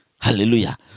hallelujah